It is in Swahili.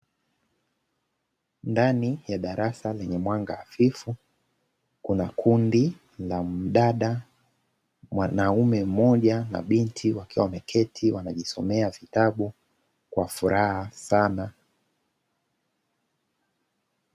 Ndani ya darasa lenye mwanga hafifu kuna kundi la mdada, mwanaume mmoja, na binti wakiwa wameketi wanajisomea vitabu kwa furaha sana.